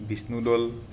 Vishnudol